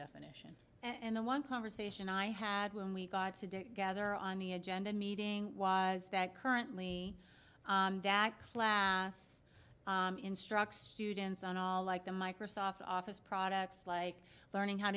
definition and the one conversation i had when we got to gather on the agenda meeting was that currently that class instructs students on all like the microsoft office products like learning how